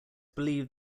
believed